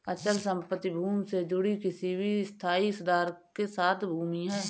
अचल संपत्ति भूमि से जुड़ी किसी भी स्थायी सुधार के साथ भूमि है